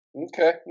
Okay